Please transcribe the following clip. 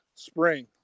spring